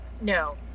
no